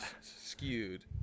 Skewed